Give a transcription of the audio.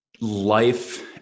life